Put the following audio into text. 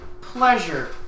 pleasure